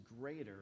greater